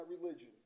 religion